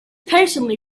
patiently